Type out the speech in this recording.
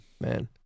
Man